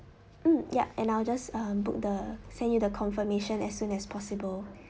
mm yup and I'll just um book the send you the confirmation as soon as possible